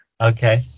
Okay